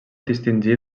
distingir